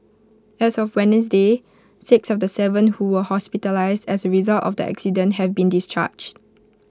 as of Wednesday six of the Seven who were hospitalised as A result of the accident have been discharged